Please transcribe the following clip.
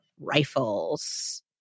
rifles